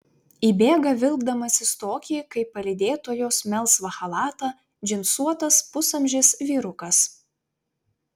įbėga vilkdamasis tokį kaip palydėtojos melsvą chalatą džinsuotas pusamžis vyrukas